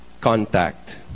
contact